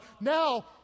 now